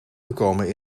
gekomen